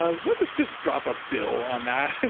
ah let us just drop a bill on that.